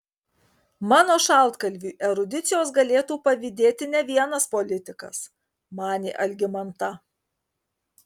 mano šaltkalviui erudicijos galėtų pavydėti ne vienas politikas manė algimanta